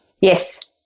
Yes